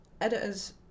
editors